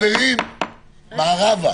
גבי,